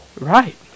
Right